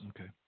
Okay